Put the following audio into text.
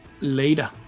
Later